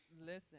listen